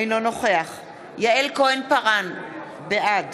אינו נוכח יעל כהן-פארן, בעד